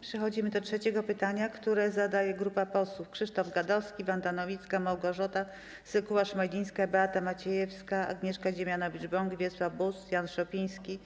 Przechodzimy do trzeciego pytania, które zadaje grupa posłów: Krzysztof Gawkowski, Wanda Nowicka, Małgorzata Sekuła-Szmajdzińska, Beata Maciejewska, Agnieszka Dziemianowicz-Bąk, Wiesław Buż, Jan Szopiński,